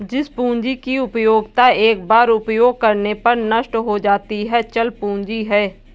जिस पूंजी की उपयोगिता एक बार उपयोग करने पर नष्ट हो जाती है चल पूंजी है